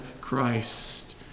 Christ